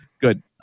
Good